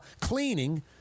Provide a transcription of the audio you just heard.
cleaning